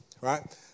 right